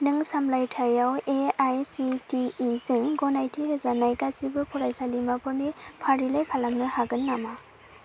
नों सामलायथायआव A I C T E जों गनायथि होजानाय गासिबो फरायसालिमाफोरनि फारिलाइ खालामनो हागोन नामा